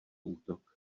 útok